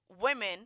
women